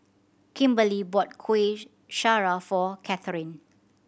Kimberlee bought Kueh Syara for Catherine